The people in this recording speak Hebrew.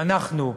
אנחנו,